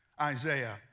Isaiah